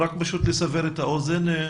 פשוט לסבר את האוזן.